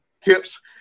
tips